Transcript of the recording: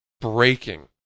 breaking